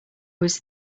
was